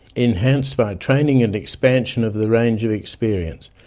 enhanced by training and expansion of the range of experience.